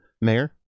Mayor